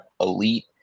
elite